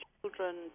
children